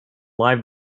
live